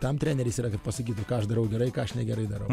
tam treneris yra kad pasakytų ką aš darau gerai ką aš negerai darau